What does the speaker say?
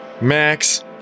Max